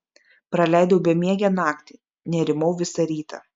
praleidau bemiegę naktį nerimau visą rytą